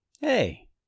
Hey